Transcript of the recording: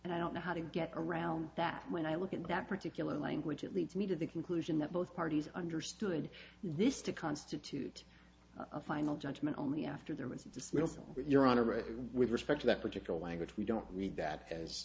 and i don't know how to get around that when i look at that particular language it leads me to the conclusion that both parties understood this to constitute a final judgment only after there was a dismissal but your honor i think with respect to that particular language we don't read that